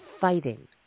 fighting